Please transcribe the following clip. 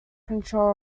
control